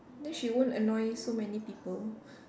then she won't annoy so many people